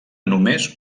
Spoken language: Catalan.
només